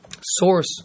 source